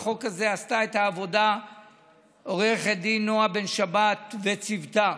בחוק הזה עשתה את העבודה עו"ד נעה בן שבת וצוותה.